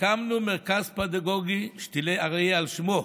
הקמנו מרכז פדגוגי, "שתילי אריה", על שמו,